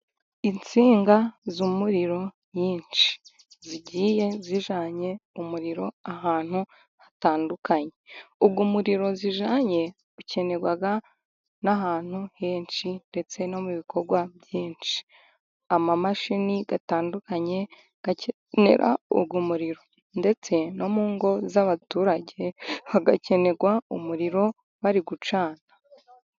Insinga z'umuriro nyinshi. Zigiye zijyanye umuriro ahantu hatandukanye. uwo muriro zijyanye ukenerwa n'ahantu henshi ndetse no mu bikorwa byinshi. Amamashini atandukanye akenera umuririro, ndetse no mu ngo z'abaturage hagakenerwa umuriro bari gucana.